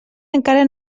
encara